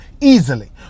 easily